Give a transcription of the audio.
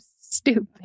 stupid